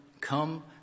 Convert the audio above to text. come